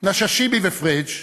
נשאשיבי ופריג'